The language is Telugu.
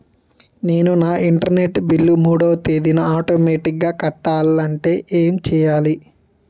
నేను నా ఇంటర్నెట్ బిల్ మూడవ తేదీన ఆటోమేటిగ్గా కట్టాలంటే ఏం చేయాలి?